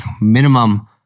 minimum